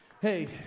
hey